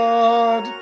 God